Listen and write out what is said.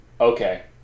Okay